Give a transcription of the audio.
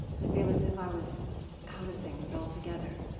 i feel as if i was out of things altogether.